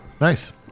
Nice